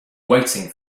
waiting